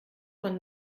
man